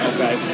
Okay